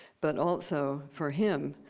but also, for him,